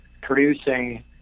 producing